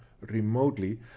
remotely